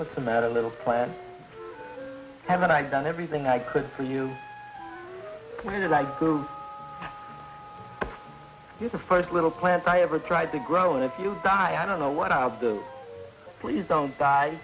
with the matter little plan haven't i done everything i could for you when you like to use the first little plants i ever tried to grow and if you die i don't know what i'll do please don't die